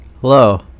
hello